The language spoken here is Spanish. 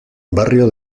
barrio